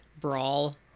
brawl